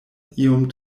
iom